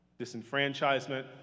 disenfranchisement